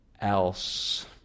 else